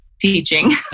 teaching